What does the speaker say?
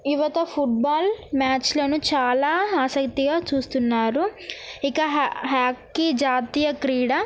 యువత ఫుట్బాల్ మ్యాచ్లను చాలా ఆసక్తిగా చూస్తున్నారు ఇక హాకీ జాతీయ క్రీడ